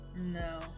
No